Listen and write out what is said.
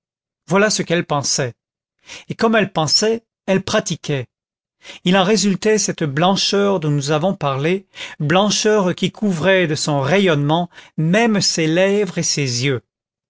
voilà ce qu'elle pensait et comme elle pensait elle pratiquait il en résultait cette blancheur dont nous avons parlé blancheur qui couvrait de son rayonnement même ses lèvres et ses yeux